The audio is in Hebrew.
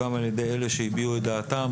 גם על ידי אלה שהביעו את דעתם,